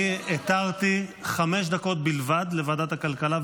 אני התרתי חמש דקות בלבד לוועדת הכלכלה,